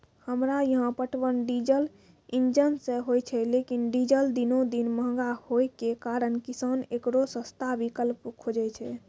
हमरा यहाँ पटवन डीजल इंजन से होय छैय लेकिन डीजल दिनों दिन महंगा होय के कारण किसान एकरो सस्ता विकल्प खोजे छैय?